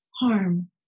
harm